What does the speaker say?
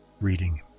reading